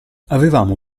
avevamo